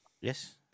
Yes